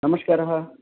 नमस्कारः